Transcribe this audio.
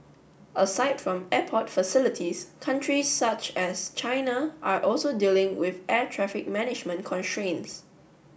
aside from airport facilities countries such as China are also dealing with air traffic management constraints